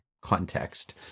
context